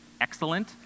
excellent